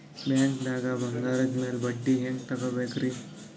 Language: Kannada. ಬ್ಯಾಂಕ್ದಾಗ ಬಂಗಾರದ್ ಮ್ಯಾಲ್ ಬಡ್ಡಿ ಹೆಂಗ್ ತಗೋಬೇಕ್ರಿ?